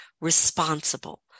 responsible